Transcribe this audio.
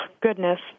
goodness